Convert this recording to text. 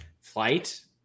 flight